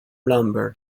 lumber